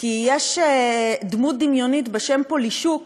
כי יש דמות דמיונית בשם פולישוק,